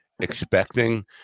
expecting